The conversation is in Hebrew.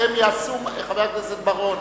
חבר הכנסת בר-און,